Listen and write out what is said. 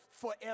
forever